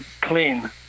clean